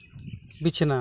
ᱵᱤᱪᱷᱱᱟᱹ